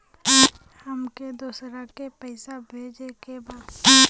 हमके दोसरा के पैसा भेजे के बा?